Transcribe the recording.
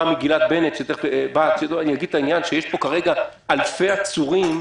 --- שיש כרגע אלפי עצורים,